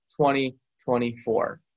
2024